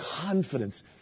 confidence